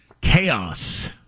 chaos